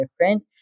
different